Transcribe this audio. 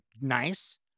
nice